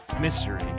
Mystery